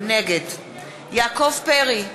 נגד יעקב פרי,